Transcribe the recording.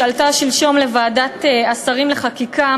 שעלתה שלשום לוועדת השרים לחקיקה,